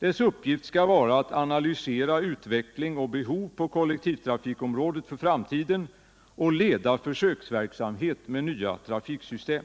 Dess uppgift skall vara att analysera utveckling och behov på kollektivtrafikområdet för framtiden och leda försöksverksamhet med nya trafiksystem.